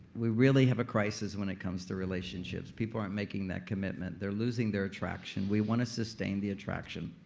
we really have a crisis when it comes to relationships. people aren't making that commitment. they're losing their attraction. we want to sustain the attraction.